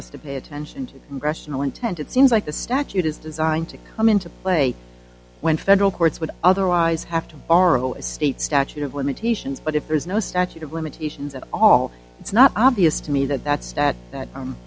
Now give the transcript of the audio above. us to pay attention to rational intent it seems like the statute is designed to come into play when federal courts would otherwise have to borrow a state statute of limitations but if there's no statute of limitations at all it's not obvious to me that that's that that